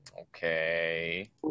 Okay